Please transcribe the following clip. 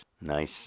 Nice